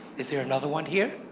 is there another one here?